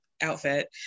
outfit